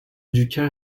ducal